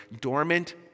dormant